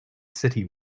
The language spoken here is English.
city